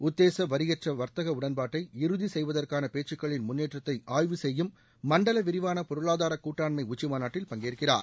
உத்தேச வரியற்ற வர்த்தக உடன்பாட்டை இறுதி செய்வதற்கான பேச்சுக்களின் முன்னேற்றத்தை ஆய்வு செய்யும் மண்டல விரிவான பொருளாதார கூட்டாண்மை உச்சிமாநாட்டில் பங்கேற்கிறார்